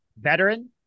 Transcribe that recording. Veteran